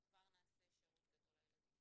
אנחנו כבר נעשה שירות גדול לילדים.